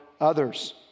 others